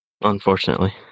unfortunately